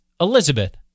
Elizabeth